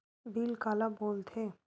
Bill काला बोल थे?